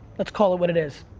let's call it what it is.